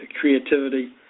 creativity